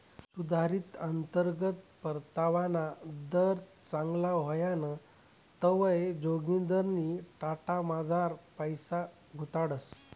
सुधारित अंतर्गत परतावाना दर चांगला व्हयना तवंय जोगिंदरनी टाटामझार पैसा गुताडात